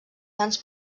sants